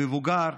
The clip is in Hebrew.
מבוגר,